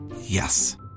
Yes